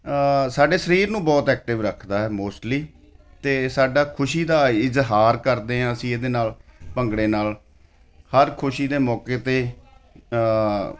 ਸਾਡੇ ਸਰੀਰ ਨੂੰ ਬਹੁਤ ਐਕਟਿਵ ਰੱਖਦਾ ਹੈ ਮੋਸਟਲੀ ਅਤੇ ਸਾਡਾ ਖੁਸ਼ੀ ਦਾ ਇਜ਼ਹਾਰ ਕਰਦੇ ਹਾਂ ਅਸੀਂ ਇਹਦੇ ਨਾਲ ਭੰਗੜੇ ਨਾਲ ਹਰ ਖੁਸ਼ੀ ਦੇ ਮੌਕੇ 'ਤੇ